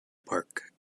park